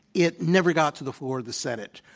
it never got to the floor of the senate.